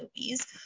movies